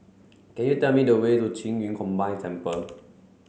can you tell me the way to Qing Yun Combined Temple